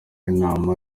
inama